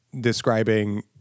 describing